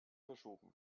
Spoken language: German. verschoben